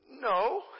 no